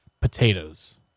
potatoes